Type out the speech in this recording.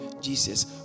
Jesus